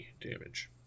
damage